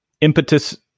impetus